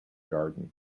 garden